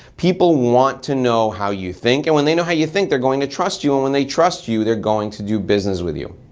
people want to know how you think and when they know how you think they're going to trust you, and when they trust you they're going to do business with you.